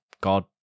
god